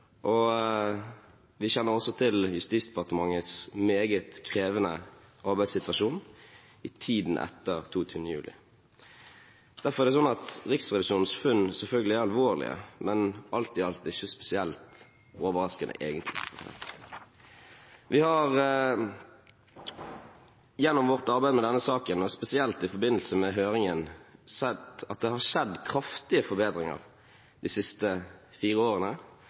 selv. Vi kjenner også til Justisdepartementets meget krevende arbeidssituasjon i tiden etter 22. juli. Derfor er Riksrevisjonens funn selvfølgelig alvorlige, men alt i alt ikke spesielt overraskende egentlig. Vi har gjennom vårt arbeid med denne saken og spesielt i forbindelse med høringen sett at det har skjedd kraftige forbedringer de siste fire årene,